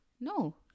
No